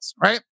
right